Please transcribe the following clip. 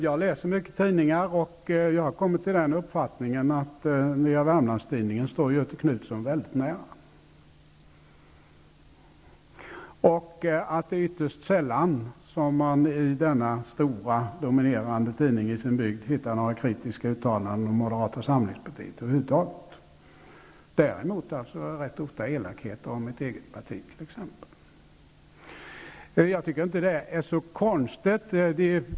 Jag läser många tidningar, och jag har kommit till uppfattningen att Nya Värmlandstidningen står Göthe Knutson mycket nära och att det är ytterst sällan som man i denna stora och dominerande tidning hittar några kritiska uttalanden över huvud taget om Moderata samlingspartiet. Däremot kan man ganska ofta hitta elakheter om t.ex. mitt eget parti. Jag tycker inte att det är så konstigt.